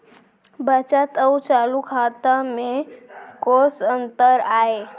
बचत अऊ चालू खाता में कोस अंतर आय?